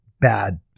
bad